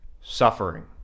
suffering